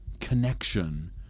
connection